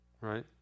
right